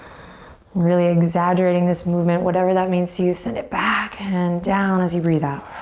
really exaggerating this movement, whatever that means to you. send it back and down as you breathe out.